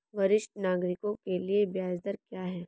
वरिष्ठ नागरिकों के लिए ब्याज दर क्या हैं?